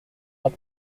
leur